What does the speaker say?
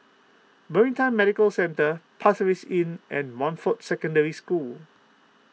Maritime Medical Centre Pasir Inn and Montfort Secondary School